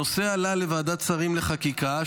הנושא עלה לוועדת שרים לחקיקה,